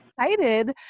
excited